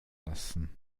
lassen